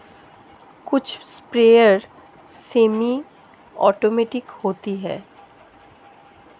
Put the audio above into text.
कुछ sprayer semi automatic होते हैं